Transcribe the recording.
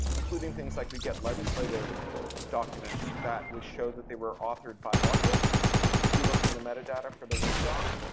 including things like we'd get legislative documents that would show that they were authored by lobbyists if you looked in the metadata for the word doc.